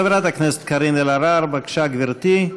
חברת הכנסת קארין אלהרר, בבקשה, גברתי.